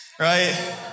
right